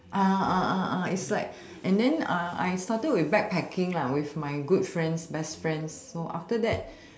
it's like and then I started with backpacking with my good friends best friends so after that